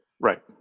Right